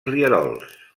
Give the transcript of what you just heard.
rierols